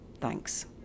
Thanks